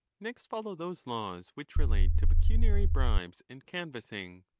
next follow those laws which relate to pecuniary bribes and canvassing.